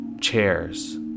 Chairs